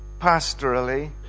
pastorally